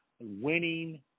winning